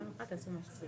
רביזיה.